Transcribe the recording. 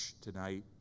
tonight